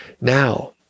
Now